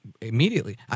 immediately